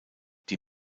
die